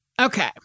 okay